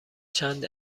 چند